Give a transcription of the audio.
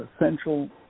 essential